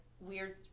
weird